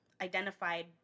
identified